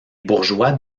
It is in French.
bourgeois